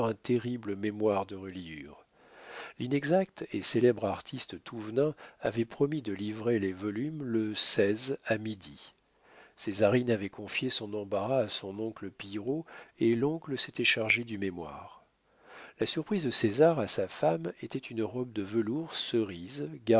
terrible mémoire de reliure l'inexact et célèbre artiste thouvenin avait promis de livrer les volumes le seize à midi césarine avait confié son embarras à son oncle pillerault et l'oncle s'était chargé du mémoire la surprise de césar à sa femme était une robe de velours cerise